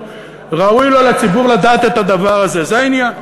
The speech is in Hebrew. ראוי לו לציבור לדעת את הדבר הזה, זה העניין,